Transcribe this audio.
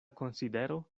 konsidero